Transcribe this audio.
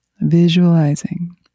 visualizing